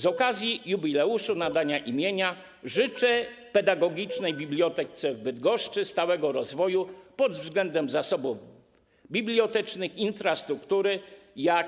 Z okazji jubileuszu nadania imienia życzę pedagogicznej bibliotece w Bydgoszczy stałego rozwoju pod względem zasobów bibliotecznych, infrastruktury, a